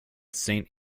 saint